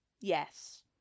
Yes